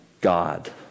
God